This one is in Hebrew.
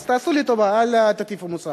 אז תעשו לי טובה, אל תטיפו מוסר.